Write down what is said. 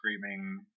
screaming